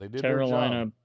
Carolina